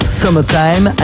summertime